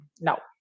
now